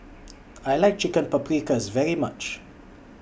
I like Chicken Paprikas very much